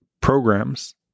programs